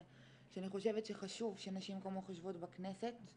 שאני חושבת שחשוב שנשים כמוך יושבות בכנסת.